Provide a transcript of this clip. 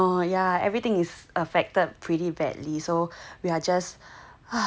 yeah everything is affected pretty badly so we are just